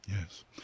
Yes